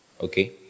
Okay